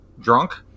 drunk